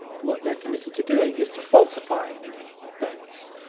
what they're committed to doing, is to falsifying those,